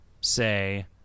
say